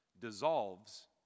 dissolves